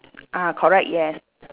ah correct yes